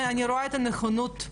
ואני רואה את הנכונות,